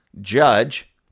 judge